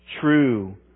true